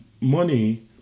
money